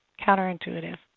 counterintuitive